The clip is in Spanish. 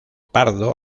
pardo